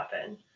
happen